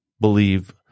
believe